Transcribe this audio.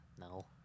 No